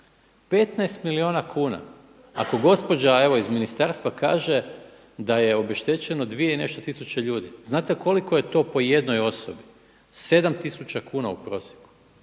15 milijuna kuna. Ako gospođa, evo iz ministarstva kaže da je obeštećeno 2 i nešto tisuće ljudi. Znate koliko je to po jednoj osobi? 7 tisuća kuna u prosjeku.